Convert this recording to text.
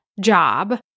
job